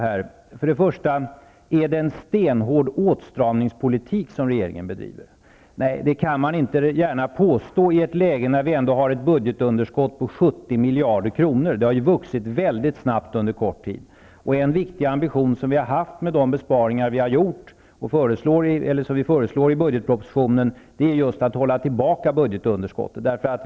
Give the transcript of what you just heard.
Till att börja med: Är det en stenhård åtstramningspolitik som regeringen bedriver? Nej, det kan man inte gärna påstå, i ett läge när vi ändå har ett budgetunderskott på 70 miljarder kronor. Det har vuxit mycket snabbt under kort tid. En viktig ambition med de besparingar som vi föreslår i budgetpropositionen är att hålla tillbaka budgetunderskottet.